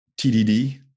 TDD